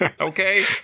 Okay